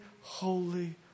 holy